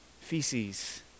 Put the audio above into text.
Feces